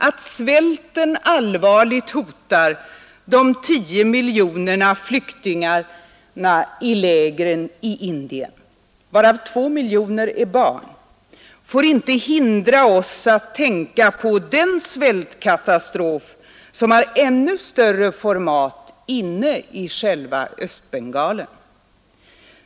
Att svälten allvarligt hotar de tio miljonerna flyktingar i lägren i Indien, varav två miljoner är barn, får inte hindra oss att tänka på den svältkatastrof som har ännu större format inne i själva Östbengalen.